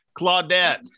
Claudette